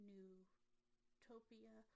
Newtopia